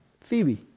Phoebe